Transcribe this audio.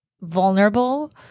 vulnerable